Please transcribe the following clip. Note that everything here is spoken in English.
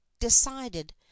decided